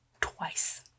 twice